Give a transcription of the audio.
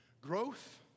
growth